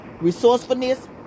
resourcefulness